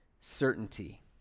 certainty